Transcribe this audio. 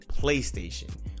PlayStation